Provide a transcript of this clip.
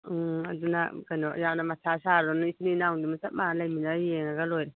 ꯑꯗꯨꯅ ꯀꯩꯅꯣ ꯌꯥꯝꯅ ꯃꯊꯥ ꯁꯥꯔꯨꯅꯨ ꯏꯆꯤꯟ ꯏꯅꯥꯎ ꯑꯗꯨꯝ ꯆꯞ ꯃꯥꯟꯅꯅ ꯂꯩꯃꯤꯟꯅꯔ ꯌꯦꯡꯉꯒ ꯂꯣꯏꯔꯦ